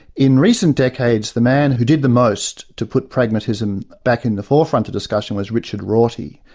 in recent decades the man who did the most to put pragmatism back in the forefront of discussion was richard rorty,